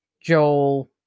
joel